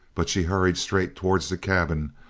but she hurried straight towards the cabin,